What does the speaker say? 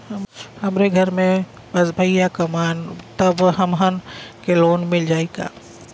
हमरे घर में बस भईया कमान तब हमहन के लोन मिल जाई का?